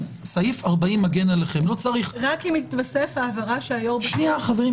רק אם תתווסף ההבהרה שהיושב-ראש הבהיר,